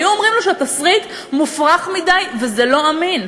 היו אומרים לו שהתסריט מופרך מדי וזה לא אמין.